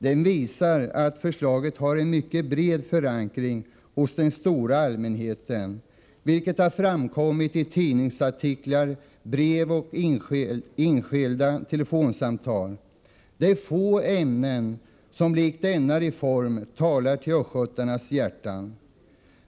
Det visar att förslaget har en mycket bred förankring hos den stora allmänheten, vilket har framkommit i tidningsartiklar, brev och enskilda telefonsamtal. Det är få ämnen som likt denna reform talar till östgötarnas hjärtan.